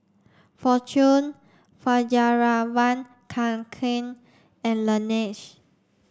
Fortune Fjallraven Kanken and Laneige